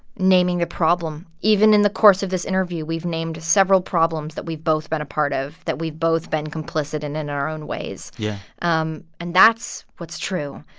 naming a problem. even in the course of this interview, we've named several problems that we've both been a part of, that we've both been complicit in in our own ways. yeah um and that's what's true.